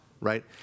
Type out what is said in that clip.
Right